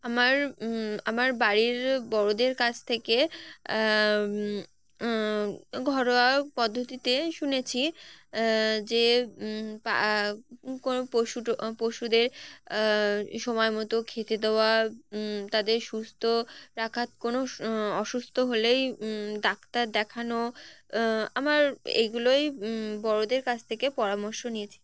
আমার আমার বাড়ির বড়োদের কাছ থেকে ঘরোয়া পদ্ধতিতে শুনেছি যে কোনো পশু পশুদের সময় মতো খেতে দেওয়া তাদের সুস্থ রাখার কোনো অসুস্থ হলেই ডাক্তার দেখানো আমার এগুলোই বড়োদের কাছ থেকে পরামর্শ নিয়েছি